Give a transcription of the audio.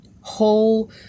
Whole